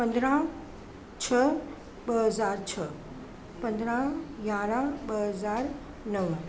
पंद्रहं छह ॿ हज़ार छह पंद्रहं यारहं ॿ हज़ार नव